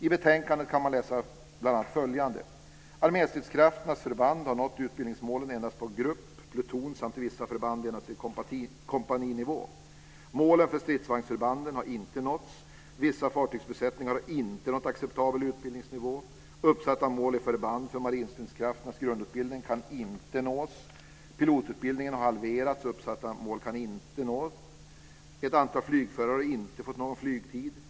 I betänkandet kan man läsa bl.a. följande: · Arméstridskrafternas förband har nått utbildningsmålen endast på grupp och pluton samt i vissa förband endast till kompaninivå. · Målen för stridsvagnsförbanden har inte nåtts. · Vissa fartygsbesättningar har inte nått acceptabel utbildningsnivå. · Uppsatta mål i förband för marinstridskrafternas grundutbildning kan inte nås. · Pilotutbildningen har halverats, och uppsatta mål har inte nåtts. · Ett antal flygförare har inte fått någon flygtid.